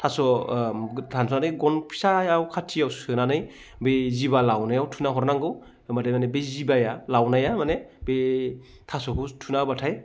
थास' दानस'नानै गन फिसायाव खाथियाव सोनानै बे जिबा लावनायाव थुना हरनांगौ होमब्लाथाय बि जिबाया लावनाया माने बे थास'खौ थुना होब्लाथाय